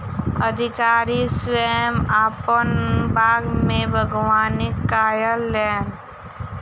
अधिकारी स्वयं अपन बाग में बागवानी कयलैन